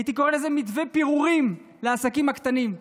הייתי קורא לזה "מתווה פירורים לעסקים הקטנים".